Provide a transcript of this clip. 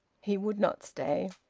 he would not stay.